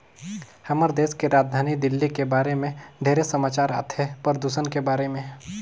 हमर देश के राजधानी दिल्ली के बारे मे ढेरे समाचार आथे, परदूषन के बारे में